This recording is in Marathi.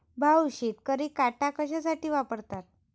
भाऊ, शेतकरी काटा कशासाठी वापरतात?